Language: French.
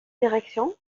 direction